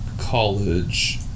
college